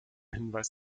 hinweis